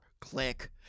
Click